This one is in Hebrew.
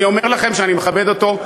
אני אומר לכם שאני מכבד אותו.